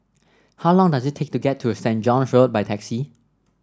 how long does it take to get to Saitt John's Road by taxi